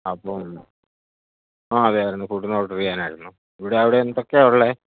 അപ്പം ആ അതെയായിരുന്നു ഫുഡിന് ഓർഡർ ചെയ്യാനായിരുന്നു ഇവിടെ അവിടെ എന്തൊക്കെയാണ് ഉള്ളത്